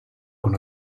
con